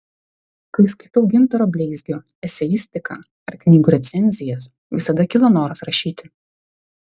kai skaitau gintaro bleizgio eseistiką ar knygų recenzijas visada kyla noras rašyti